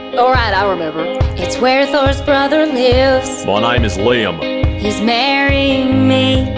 oh right, i remember it's where thor's brother lives my name is liam he's marrying me